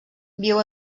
viu